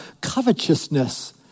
Covetousness